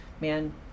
Man